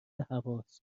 هواست